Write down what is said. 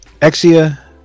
Exia